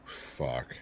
fuck